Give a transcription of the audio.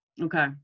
okay